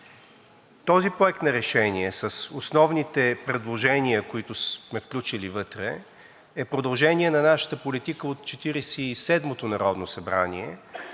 Този проект на решение с основните предложения, които сме включили вътре, е продължение на нашата политика от Четиридесет